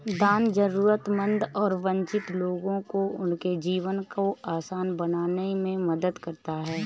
दान जरूरतमंद और वंचित लोगों को उनके जीवन को आसान बनाने में मदद करता हैं